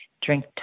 Drink